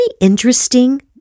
interesting